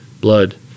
blood